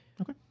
Okay